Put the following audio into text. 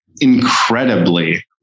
incredibly